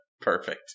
Perfect